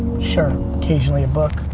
sure, occasionally a book.